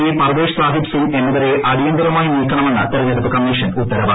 P Parvesh Sahib Singh എന്നിവരെ അടിയന്തിരമായി നീക്കണ്ണമെന്ന് തിരഞ്ഞെടുപ്പ് ഉത്തരവ്